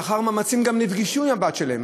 לאחר מאמצים הם גם נפגשו עם הבת שלהם.